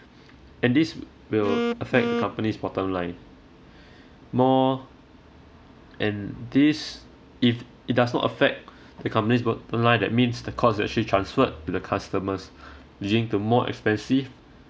and this will affect the company's bottom line more and this if it does not affect the company's bottom line that means the cost they actually transferred to the customers leading to more expensive